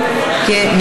26 חברי כנסת בעד,